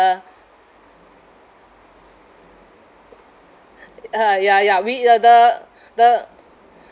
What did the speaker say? ah ya ya we uh the the